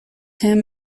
him